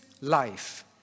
life